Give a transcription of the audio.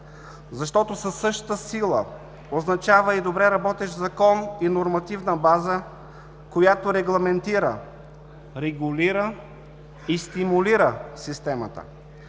Защото със същата сила означава и добре работещ закон и нормативна база, която регламентира, регулира и стимулира системата.